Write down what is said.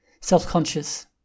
Self-conscious